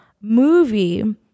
Movie